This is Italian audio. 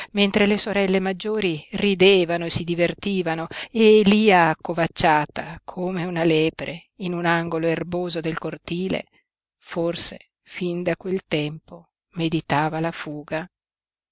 mentre le sorelle maggiori ridevano e si divertivano e lia accovacciata come una lepre in un angolo erboso del cortile forse fin da quel tempo meditava la fuga